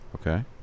Okay